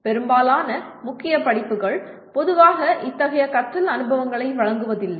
பெரும்பாலான முக்கிய படிப்புகள் பொதுவாக இத்தகைய கற்றல் அனுபவங்களை வழங்குவதில்லை